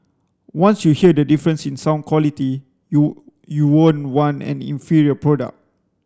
once you hear the difference in sound quality you you won't want an inferior product